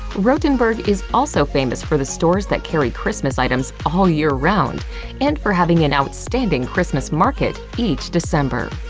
rothenburg is also famous for the stores that carry christmas items all year round and for having an outstanding christmas market each december.